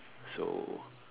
so